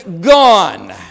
gone